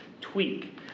tweak